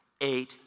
eight